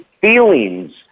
feelings